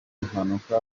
impanuka